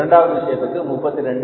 இரண்டாவது விஷயத்திற்கு இது 32